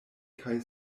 kaj